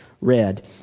read